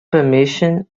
permission